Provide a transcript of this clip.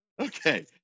okay